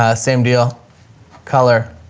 ah same deal color,